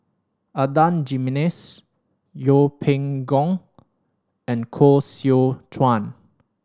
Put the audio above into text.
Adan Jimenez Yeng Pway Ngon and Koh Seow Chuan